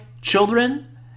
children